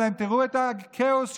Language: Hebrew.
לבני גנץ ולניסנקורן,